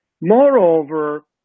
Moreover